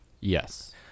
Yes